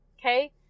Okay